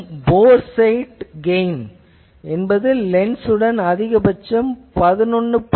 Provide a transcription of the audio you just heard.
மேலும் boresight gain என்பது lens உடன் அதிகபட்சம் 11